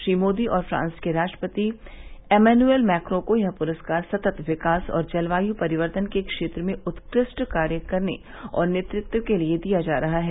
श्री मोदी और फ्रांस के राष्ट्रपति एमेनुअल मैक्रो को यह पुरस्कार सतत् विकास और जलवायु परिवर्तन के क्षेत्र में उत्कृष्ट कार्य और नेतृत्व के लिए दिया जा रहा है